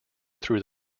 through